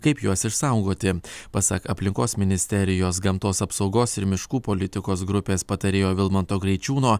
kaip juos išsaugoti pasak aplinkos ministerijos gamtos apsaugos ir miškų politikos grupės patarėjo vilmanto graičiūno